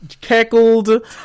cackled